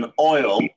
oil